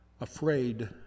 afraid